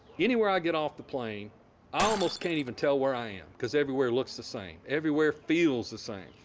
anywhere i get off the plane, i almost can't even tell where i am cause everywhere looks the same. everywhere feels the same.